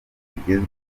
bugezweho